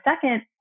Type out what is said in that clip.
second